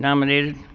nominated